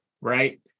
right